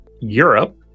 Europe